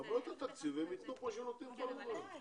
הם יקבלו את התקציב והם ייתנו כמו שהם נותנים כל הזמן.